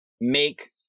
make